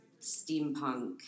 steampunk